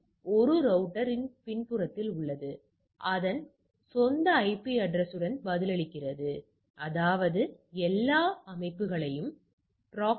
இப்போது நாம் இதனை பொருத்துதலின் செம்மைத்தன்மையை சோதிக்கவும் பயன்படுத்தலாம்